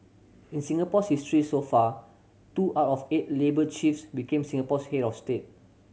in Singapore's history so far two out of eight labour chiefs became Singapore's head of state